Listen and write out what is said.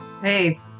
Hey